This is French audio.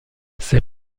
ses